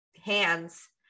hands